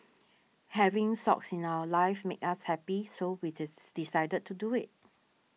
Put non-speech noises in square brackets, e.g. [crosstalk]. having Socks in our lives makes us happy so we [unintelligible] decided to do it